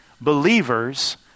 believers